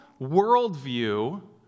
worldview